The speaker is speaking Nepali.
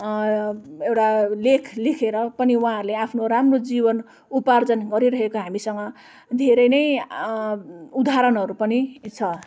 एउटा लेख लेखेर पनि उहाँहरूले आफ्नो जीवन उपार्जन गरिरहेको हामीसँग धेरै नै उदाहरणहरू पनि छ